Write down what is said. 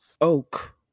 Oak